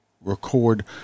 record